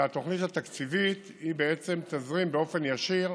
והתוכנית התקציבית בעצם תזרים מעל